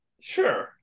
Sure